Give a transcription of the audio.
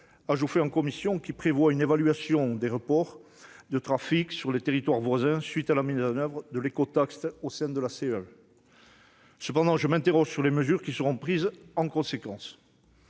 de l'article 1 , qui prévoit une évaluation des reports de trafic sur les territoires voisins à la suite de la mise en oeuvre de l'écotaxe au sein de la CEA. Cependant, je m'interroge sur les mesures qui seront prises en conséquence.